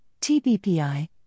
TBPI